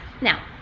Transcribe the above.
Now